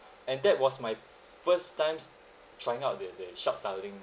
and that was my first times trying out the the short-selling